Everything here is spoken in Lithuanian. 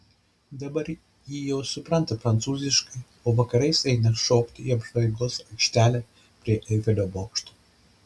dabar ji jau supranta prancūziškai o vakarais eina šokti į apžvalgos aikštelę prie eifelio bokšto